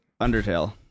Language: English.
Undertale